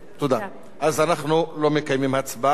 אז אנחנו לא מקיימים הצבעה.